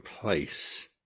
place